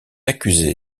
accusé